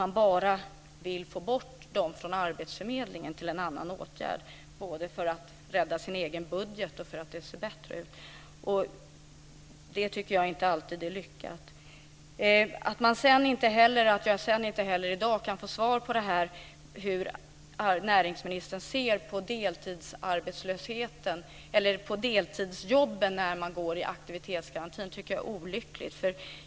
Man vill bara få bort de arbetslösa från arbetsförmedlingen till en annan åtgärd, både för att rädda sin egen budget och för att det ser bättre ut. Det tycker jag inte alltid är lyckat. Att jag sedan inte i dag kan få svar på hur näringsministern ser på deltidsjobben när man omfattas av aktivitetsgarantin tycker jag är olyckligt.